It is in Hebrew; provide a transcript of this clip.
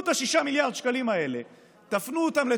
קחו את ה-6 מיליארד שקלים האלה,